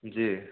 जी